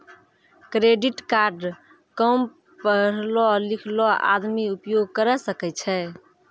Credit card काम पढलो लिखलो आदमी उपयोग करे सकय छै?